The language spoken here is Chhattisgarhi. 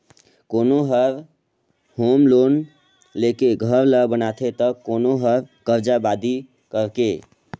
कोनो हर होम लोन लेके घर ल बनाथे त कोनो हर करजा बादी करके